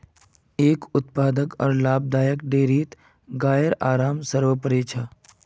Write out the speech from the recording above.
एक उत्पादक आर लाभदायक डेयरीत गाइर आराम सर्वोपरि छ